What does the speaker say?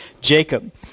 Jacob